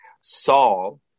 Saul